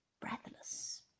breathless